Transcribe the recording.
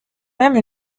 même